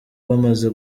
bamaze